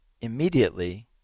immediately